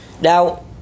now